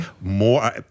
more